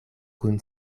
kun